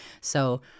So-